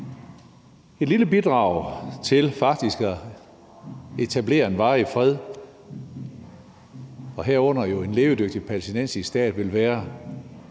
Et lille bidrag til faktisk at etablere en varig fred og herunder en levedygtig palæstinensisk stat ville være,